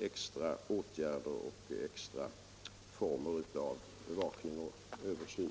extra bevakning och översyn.